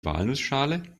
walnussschale